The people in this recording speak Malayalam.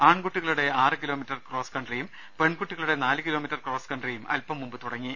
ആൺകുട്ടികളുടെ ആറ് കിലോമീറ്റർ ക്രോസ് കൺട്രിയും പെൺകുട്ടികളുടെ നാല് കിലോ മീറ്റർ കോസ് കൺട്രിയും അൽപം മുമ്പ് തുടങ്ങി